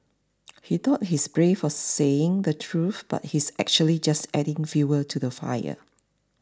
he thought he's brave for saying the truth but he's actually just adding fuel to the fire